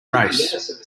race